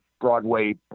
Broadway